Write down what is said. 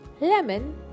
Lemon